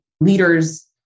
leaders